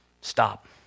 Stop